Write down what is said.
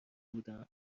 بودم